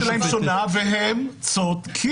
הטענה שלהם שונה, והם צודקים.